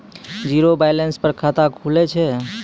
Zero balance पर खाता खुले छै?